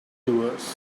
doers